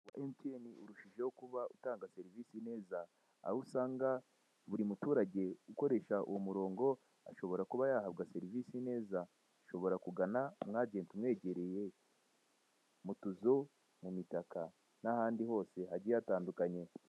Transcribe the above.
Emutiyeni urushijeho utanga serivise neza aho usanga buri muturage ukoresha uwo murongo ashobora kuba yahabwa serivise neza, ashobora kugana umwajente umwegereye mu tuzu , mu mitaka n'ahandi hose hagiye hatandukanye.